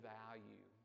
value